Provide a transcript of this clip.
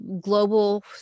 global